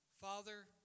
Father